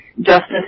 justice